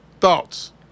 Thoughts